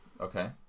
Okay